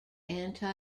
anti